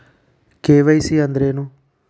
KYC ಅಂದ್ರೇನು?